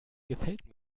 gefällt